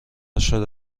شده